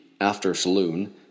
after-saloon